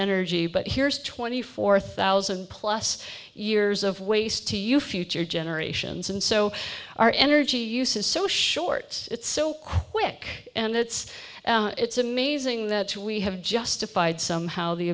energy but here's twenty four thousand plus years of waste to you future generations and so our energy use is so short it's so quick and it's it's amazing that we have justified somehow the